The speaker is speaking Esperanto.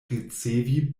ricevi